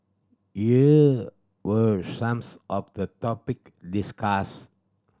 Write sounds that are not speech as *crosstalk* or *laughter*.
here were some *unintelligible* of the topic discussed